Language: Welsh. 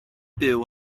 byw